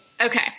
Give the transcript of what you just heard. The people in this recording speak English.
Okay